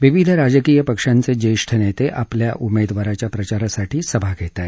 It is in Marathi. विविध राजकीय पक्षांचे ज्येष्ठ नेते आपल्या उमेदवाराच्या प्रचारासाठी सभा घेत आहेत